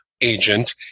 agent